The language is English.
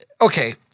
okay